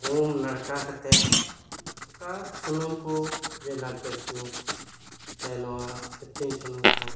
ᱩᱢ ᱱᱟᱲᱠᱟ ᱠᱟᱛᱮᱫ ᱱᱚᱝᱠᱟ ᱥᱩᱱᱩᱢ ᱠᱚ ᱡᱮ ᱱᱟᱲᱠᱮᱞ ᱥᱩᱱᱩᱢ ᱥᱮ ᱱᱚᱣᱟ ᱤᱛᱤᱧ ᱥᱩᱱᱩᱢ ᱠᱚ